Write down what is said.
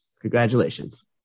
Congratulations